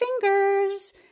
fingers